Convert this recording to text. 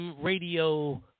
radio